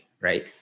right